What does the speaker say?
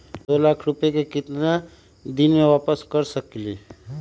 दो लाख रुपया के केतना दिन में वापस कर सकेली?